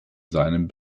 seinem